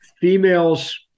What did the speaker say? Females